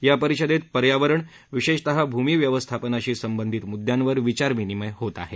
या परिषदेत पर्यावरण विशेष करून भूमी व्यवस्थापनाशी संबंधित मुद्द्यांवर विचारविनिमय होत आहे